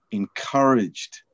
encouraged